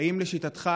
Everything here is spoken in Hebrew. האם לשיטתך,